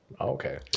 Okay